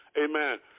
amen